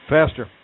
Faster